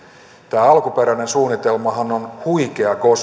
tämä alkuperäinen suunnitelmahan on huikea